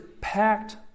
packed